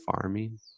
farming